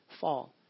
fall